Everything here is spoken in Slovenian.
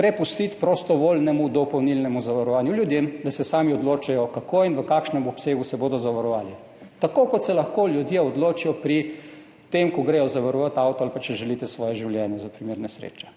prepustiti prostovoljnemu dopolnilnemu zavarovanju, ljudem, da se sami odločajo, kako in v kakšnem obsegu se bodo zavarovali. Tako kot se lahko ljudje odločijo pri tem, ko gredo zavarovat avto ali pa, če želite, svoje življenje za primer nesreče.